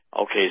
okay